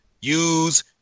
use